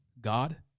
God